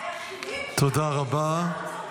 היחידים --- ערוץ 14. ברור.